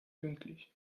pünktlich